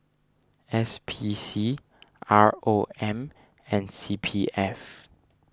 S P C R O M and C P F